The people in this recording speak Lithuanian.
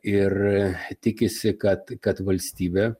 ir tikisi kad kad valstybė